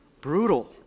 brutal